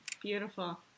Beautiful